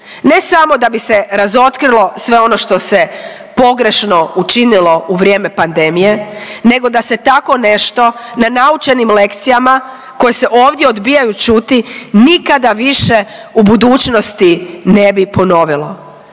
ne samo da bi se razotkrilo sve ono što se pogrešno učinilo u vrijeme pandemije nego da se tako nešto na naučenim lekcijama koje se ovdje odbijaju čuti nikada više u budućnosti ne bi ponovilo